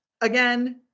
again